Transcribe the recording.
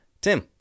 Tim